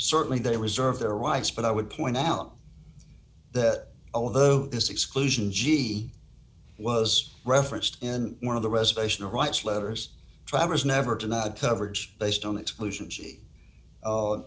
certainly they reserve their rights but i would point out that although this exclusion gee was referenced in one of the reservation rights letters travers never to not coverage based on exclusion